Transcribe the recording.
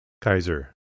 Kaiser